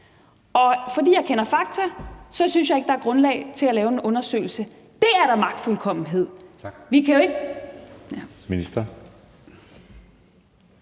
og fordi jeg kender fakta, synes jeg ikke, at der er grundlag for at lave en undersøgelse. Det er da magtfuldkommenhed. Kl. 20:07 Anden